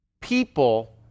people